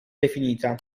definita